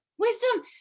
Wisdom